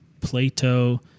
Plato